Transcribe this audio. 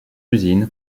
usine